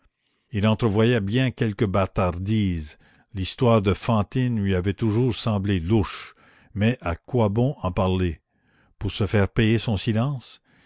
il entrevoyait bien quelque bâtardise l'histoire de fantine lui avait toujours semblé louche mais à quoi bon en parler pour se faire payer son silence